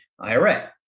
IRA